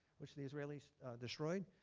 which the israelis destroyed.